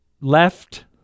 left